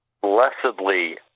Blessedly